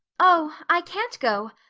oh, i can't go,